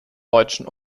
deutschen